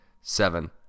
Seven